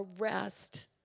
arrest